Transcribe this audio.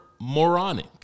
moronic